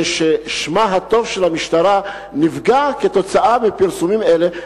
מה שקורה היום הוא ששמה הטוב של המשטרה נפגע כתוצאה מפרסומים אלה,